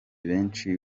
benshi